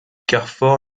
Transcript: carfor